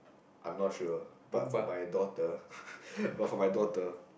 I'm not sure but for my daughter ppl but for my daughter